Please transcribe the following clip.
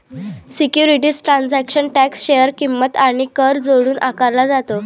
securities transaction tax share किंमत आणि कर जोडून आकारला जातो